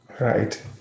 Right